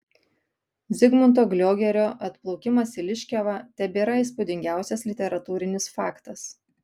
zigmunto gliogerio atplaukimas į liškiavą tebėra įspūdingiausias literatūrinis faktas